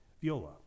viola